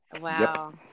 Wow